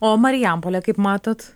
o marijampolę kaip matot